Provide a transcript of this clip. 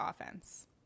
offense